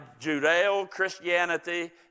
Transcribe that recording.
Judeo-Christianity